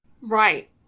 Right